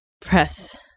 Press